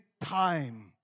time